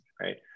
right